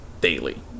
daily